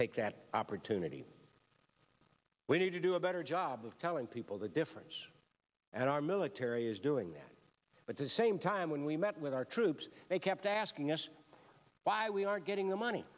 take that opportunity we need to do a better job of telling people the difference and our military is doing that but the same time when we met with our troops they kept asking us why we are getting the money